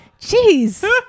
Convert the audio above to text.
jeez